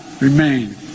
remain